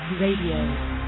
radio